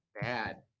bad